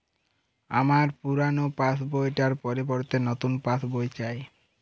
আমার পুরানো পাশ বই টার পরিবর্তে নতুন পাশ বই চাই